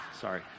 Sorry